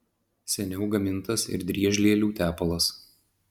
seniau gamintas ir driežlielių tepalas